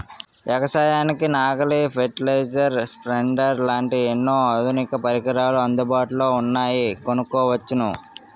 ఎగసాయానికి నాగలి, fertilizer, spreaders లాంటి ఎన్నో ఆధునిక పరికరాలు అందుబాటులో ఉన్నాయని కొనుక్కొచ్చాను